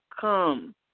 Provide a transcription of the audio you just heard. come